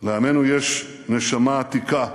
לעמנו יש נשמה עתיקה,